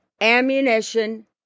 Ammunition